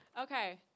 Okay